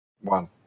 One